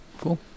Cool